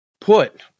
put